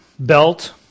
belt